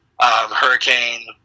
hurricane